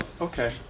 Okay